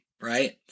right